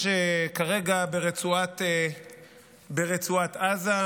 יש כרגע ברצועת עזה,